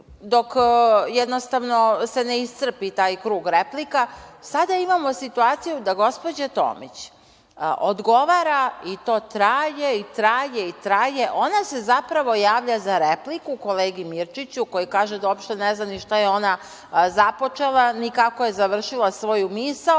se jednostavno ne iscrpi taj krug replika. Sada imamo situaciju da gospođa Tomić odgovara i to traje i traje i traje. Ona se zapravo javlja za repliku kolegi Mirčiću, koji kaže da uopšte ne zna ni šta je ona započela, ni kako je završila svoju misao,